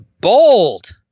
bold